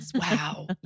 Wow